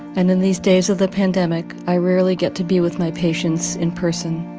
and in these days of the pandemic, i rarely get to be with my patients in person.